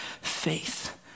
faith